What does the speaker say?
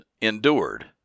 endured